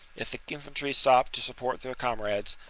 if the infantry stopped to support their comrades,